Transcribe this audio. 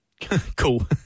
Cool